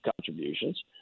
contributions